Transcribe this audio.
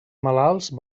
malalts